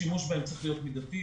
השימוש בהם צריך להיות מדתי.